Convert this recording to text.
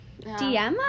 DM